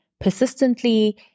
persistently